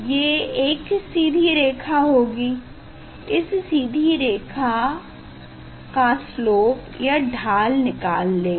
ये एक सीधी रेखा होगी इस सीधी रेखा का स्लोप या ढाल निकाल लेंगे